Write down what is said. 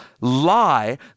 lie